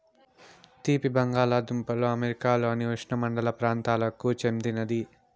తీపి బంగాలదుంపలు అమెరికాలోని ఉష్ణమండల ప్రాంతాలకు చెందినది